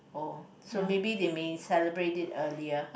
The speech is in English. oh so maybe they may celebrate it earlier